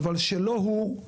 אך שלא הוא,